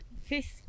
Fish